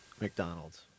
McDonald's